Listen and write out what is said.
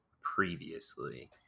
previously